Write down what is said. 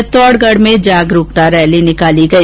चित्तौडगढ़ में जागरूकता रैली निकाली गई